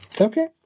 Okay